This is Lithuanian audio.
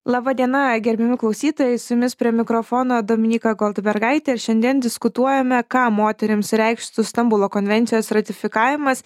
laba diena gerbiami klausytojai su jumis prie mikrofono dominyka goldbergaitė ir šiandien diskutuojame ką moterims reikštų stambulo konvencijos ratifikavimas